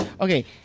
okay